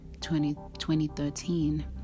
2013